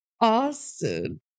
Austin